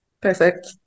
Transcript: Perfect